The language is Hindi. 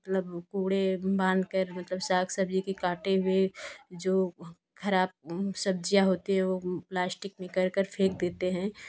कूड़े बांध कर मतलब साग सब्ज़ी के काटे हुए जो खराब सब्ज़ियाँ होती हैं प्लास्टिक में कर कर फेंक देते हैं